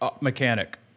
mechanic